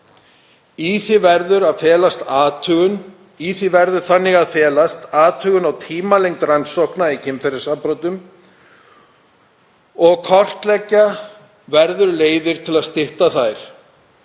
Í því verður þannig að felast athugun á tímalengd rannsókna í kynferðisafbrotum og kortleggja verður leiðir til að stytta þær